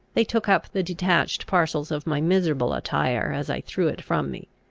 they took up the detached parcels of my miserable attire as i threw it from me,